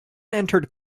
entered